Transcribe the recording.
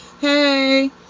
Hey